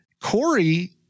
Corey